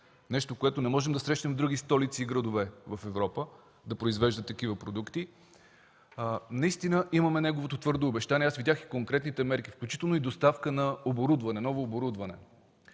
нещо, което не можем да срещнем в други столици и градове в Европа – да произвеждат такива продукти. Имаме неговото твърдо обещание. Видях конкретните мерки, включително и доставка на ново оборудване.